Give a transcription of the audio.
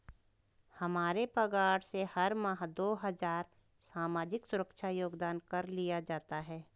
हमारे पगार से हर माह दो हजार सामाजिक सुरक्षा योगदान कर लिया जाता है